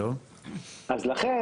אז לכן,